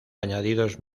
añadidos